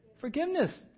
Forgiveness